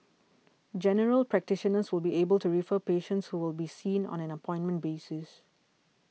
General Practitioners will be able to refer patients who will be seen on an appointment basis